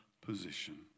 position